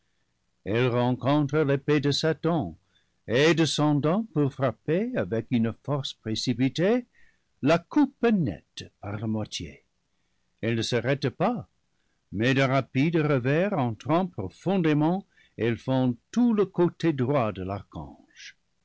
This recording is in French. elle rencontre épée e satan et descendant pour frapper avec une force précipitée la coupe net par la moitié elle ne s'arrête pas mais d'un rapide revers entrant profondément elle fend tout le côté droit de l'ar